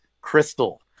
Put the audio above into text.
crystal